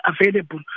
available